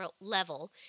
level